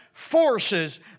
Forces